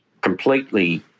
completely